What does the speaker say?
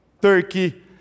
Turkey